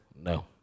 No